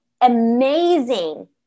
amazing